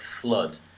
flood